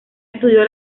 estudió